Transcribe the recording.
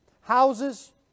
Houses